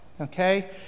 okay